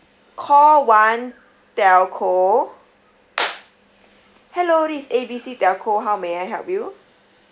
call one telco hello this is A B C telco how may I help you